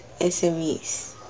SMEs